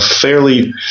fairly